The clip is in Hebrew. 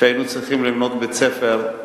כשהיינו צריכים לבנות בית-ספר,